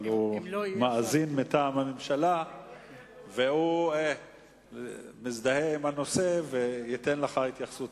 אבל הוא מאזין מטעם הממשלה והוא מזדהה עם הנושא וייתן לך התייחסות,